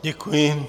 Děkuji.